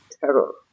Terror